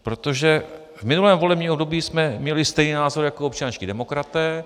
Protože v minulém volebním období jsme měli stejný názor jako občanští demokraté.